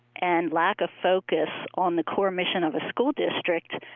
and lack of focus on the core mission of a school district,